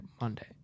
Monday